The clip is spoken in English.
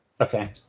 Okay